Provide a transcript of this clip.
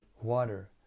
Water